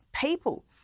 people